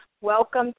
welcome